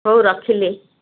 ହଉ ରଖିଲି